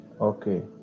Okay